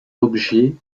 objets